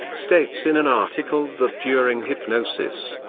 states in an article that during hypnosis,